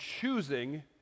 choosing